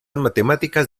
matemáticas